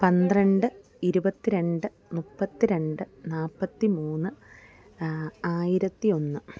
പന്ത്രണ്ട് ഇരുപത്തിരണ്ട് മുപ്പത്തിരണ്ട് നാൽപ്പത്തിമൂന്ന് ആയിരത്തി ഒന്ന്